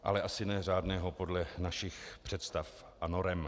Ale asi ne řádného podle našich představ a norem.